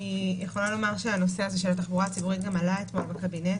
אני יכולה לומר שהנושא הזה של התחבורה הציבורית גם עלה אתמול בקבינט,